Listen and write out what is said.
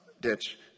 ditch